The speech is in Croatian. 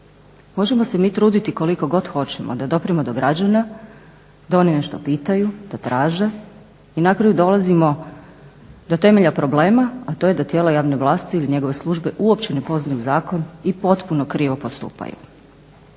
Možemo se mi truditi koliko god hoćemo da dopremo do građana, da oni nešto pitaju, da traže i na kraju dolazimo do temelja problema, a to je da tijela javne vlasti ili njegove službe uopće ne poznaju zakon i potpuno krivo postupaju.